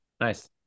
Nice